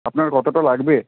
আপনার কতটা লাগবে